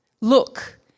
Look